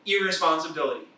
irresponsibility